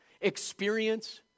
experience